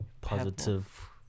positive